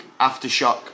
aftershock